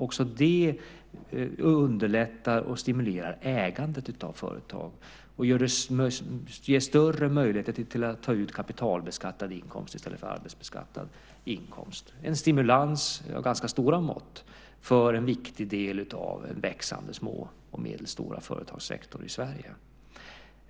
Också det underlättar och stimulerar ägandet av företag, och det ger större möjligheter att ta ut kapitalbeskattad inkomst i stället för arbetsbeskattad. Det är en stimulans av ganska stora mått för en viktig del av den växande sektorn av små och medelstora företag i Sverige.